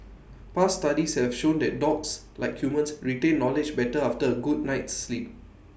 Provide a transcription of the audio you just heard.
past studies have shown that dogs like humans retain knowledge better after A good night's sleep